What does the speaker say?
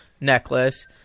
necklace